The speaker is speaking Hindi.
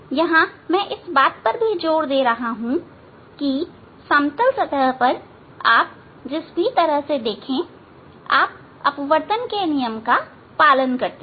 यहां मैं इस बात पर जोर दे रहा हूं की समतल सतह पर आप जिस भी तरह से देखो आप अपवर्तन के नियम का पालन करते हैं